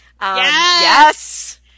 yes